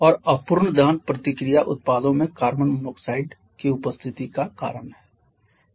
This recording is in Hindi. और अपूर्ण दहन प्रतिक्रिया उत्पादों में कार्बन मोनोऑक्साइड की उपस्थिति का कारण है